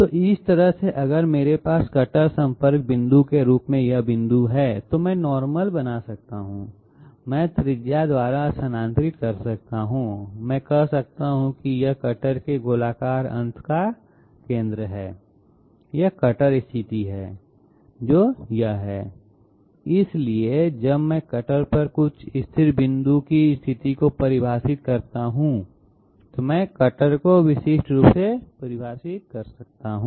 तो इस तरह से अगर मेरे पास कटर संपर्क बिंदु के रूप में यह बिंदु है तो मैं नॉर्मलबना सकता हूं मैं त्रिज्या द्वारा स्थानांतरित कर सकता हूं मैं कह सकता हूं कि यह कटर के गोलाकार अंत का केंद्र है यह कटर स्थिति है जो यह है इसलिए जब मैं कटर पर कुछ स्थिर बिंदु की स्थिति को परिभाषित करता हूं तो मैं कटर को विशिष्ट रूप से परिभाषित कर सकता हूं